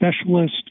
specialist